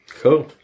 cool